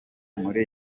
muri